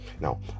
now